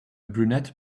brunette